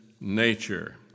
nature